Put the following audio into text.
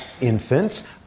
Infants